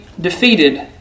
defeated